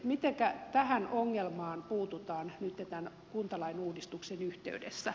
mitenkä tähän ongelmaan puututaan nytten tämän kuntalain uudistuksen yhteydessä